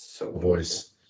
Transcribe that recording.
voice